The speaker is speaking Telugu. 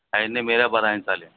అవన్నీ మీరే భరించాలి